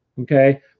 okay